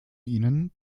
ihnen